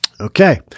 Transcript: Okay